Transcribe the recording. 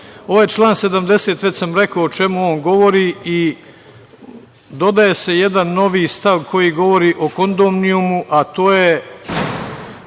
član 70, već sam rekao o čemu on govori i dodaje se jedan novi stav koji govori o kondominijumu, a to je